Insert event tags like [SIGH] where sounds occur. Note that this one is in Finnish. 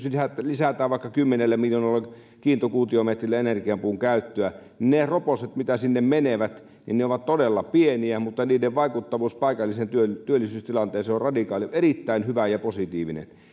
[UNINTELLIGIBLE] nyt esimerkiksi lisätään vaikka kymmenellä miljoonalla kiintokuutiometrillä energiapuun käyttöä ne roposet mitä sinne menevät ovat todella pieniä mutta niiden vaikuttavuus paikalliseen työllisyystilanteeseen on radikaali erittäin hyvä ja positiivinen